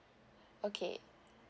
okay